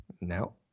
No